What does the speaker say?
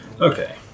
Okay